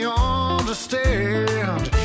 understand